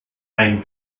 ein